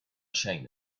chain